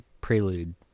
prelude